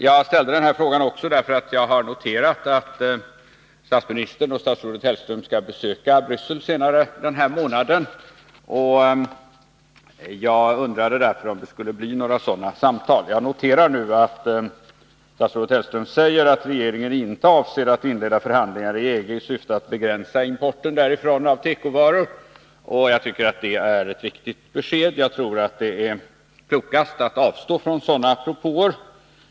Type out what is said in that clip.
Jag ställde denna fråga också därför att jag har noterat att statsministern och statsrådet Hellström senare denna månad skall besöka Bryssel. Jag undrade om det skulle bli några sådana samtal. Jag noterar nu att statsrådet Hellström säger att regeringen inte avser att inleda förhandlingar med EG i syfte att begränsa importen av tekovaror därifrån. Det är ett viktigt besked. Jag tror att det är klokast att avstå från sådana propåer.